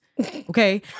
Okay